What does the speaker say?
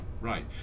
right